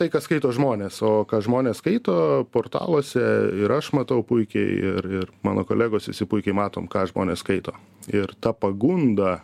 tai ką skaito žmonės o ką žmonės skaito portaluose ir aš matau puikiai ir ir mano kolegos visi puikiai matom ką žmonės skaito ir ta pagunda